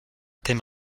thème